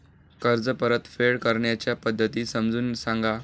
कर्ज परतफेड करण्याच्या पद्धती समजून सांगा